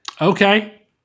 Okay